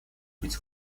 быть